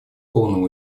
полного